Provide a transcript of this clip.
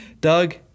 Doug